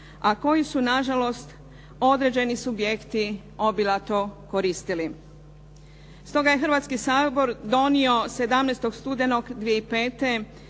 a koji su nažalost određeni subjekti obilato koristili. Stoga je Hrvatski sabor donio 17. studenog 2005.